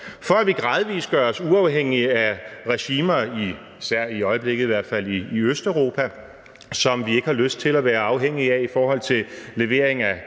for at vi gradvis gør os uafhængige af regimer, især i Østeuropa – i øjeblikket i hvert fald – som vi ikke har lyst til at være afhængige af i forhold til levering af